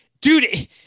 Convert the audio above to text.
dude